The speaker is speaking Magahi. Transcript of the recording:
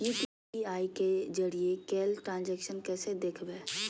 यू.पी.आई के जरिए कैल ट्रांजेक्शन कैसे देखबै?